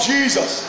Jesus